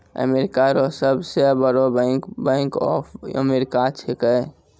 America रो सब से बड़ो बैंक बैंक ऑफ अमेरिका छैकै